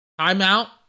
Timeout